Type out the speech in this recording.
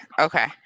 okay